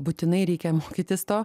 būtinai reikia mokytis to